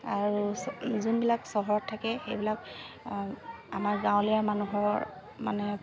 আৰু যোনবিলাক চহৰত থাকে সেইবিলাক আমাৰ গাঁৱলীয়া মানুহৰ মানে